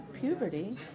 puberty